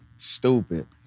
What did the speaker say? stupid